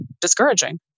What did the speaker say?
discouraging